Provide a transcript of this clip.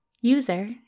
User